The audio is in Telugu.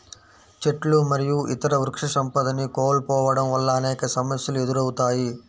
చెట్లు మరియు ఇతర వృక్షసంపదని కోల్పోవడం వల్ల అనేక సమస్యలు ఎదురవుతాయి